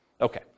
Okay